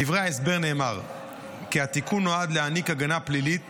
בדברי ההסבר נאמר כי התיקון נועד להעניק הגנה פלילית